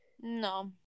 No